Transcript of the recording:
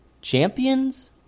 champions